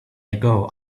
ago